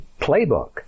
playbook